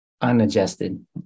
unadjusted